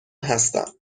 هستم